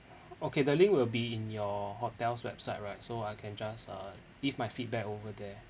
okay the link will be in your hotel's website right so I can just uh leave my feedback over there